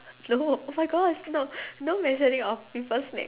no oh my gosh no no mentioning of people's na~